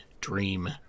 dream